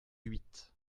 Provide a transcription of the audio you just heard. huit